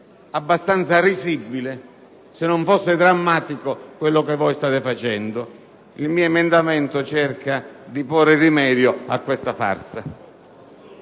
abbastanza risibile, se non fosse drammatico, quello che state facendo. Il mio emendamento cerca pertanto di porre rimedio a questa farsa.